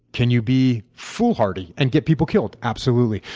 can you be foolhardy and get people killed? absolutely.